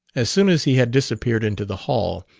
as soon as he had disappeared into the hall,